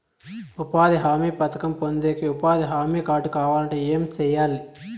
ఉపాధి హామీ పథకం పొందేకి ఉపాధి హామీ కార్డు కావాలంటే ఏమి సెయ్యాలి?